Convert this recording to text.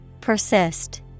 Persist